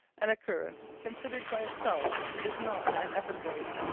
an occurrence considered by itself is not an episode.